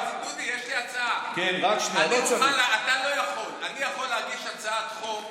יש לי הצעה: אתה לא יכול, אני יכול להגיש הצעת חוק